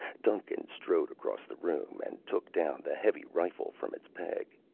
duncan strode across the room and took down the heavy rifle from its peg.